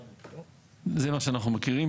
וזה מה שאנחנו מכירים.